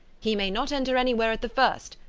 he may not enter anywhere at the first,